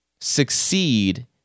succeed